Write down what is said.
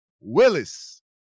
Willis